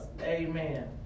Amen